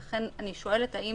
לכן אני שואלת: האם